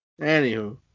Anywho